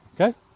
okay